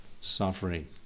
Suffering